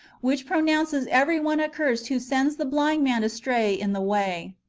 which pronounces every one accursed who sends the blind man astray in the way.